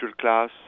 class